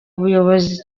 buyobozi